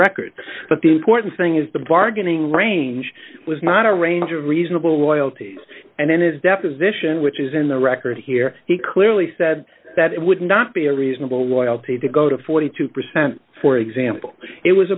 record but the important thing is the bargaining range was not a range of reasonable royalties and then his deposition which is in the record here he clearly said that it would not be a reasonable loyalty to go to forty two percent for example it was